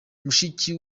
mushiki